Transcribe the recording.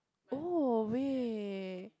oh weh